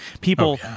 people